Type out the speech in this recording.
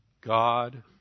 God